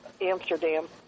Amsterdam